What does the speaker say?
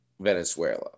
Venezuela